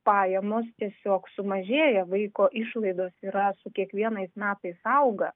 pajamos tiesiog sumažėja vaiko išlaidos yra su kiekvienais metais auga